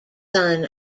son